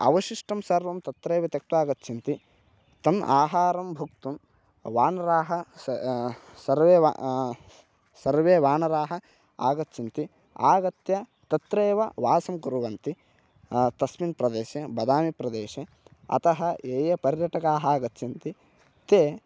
अवशिष्टं सर्वं तत्रैव त्यक्त्वा गच्छन्ति तम् आहारं भोक्तुं वानराः सर्वे वा सर्वे वानराः आगच्छन्ति आगत्य तत्रैव वासं कुर्वन्ति तस्मिन् प्रदेशे बदामिप्रदेशे अतः ये ये पर्यटकाः आगच्छन्ति ते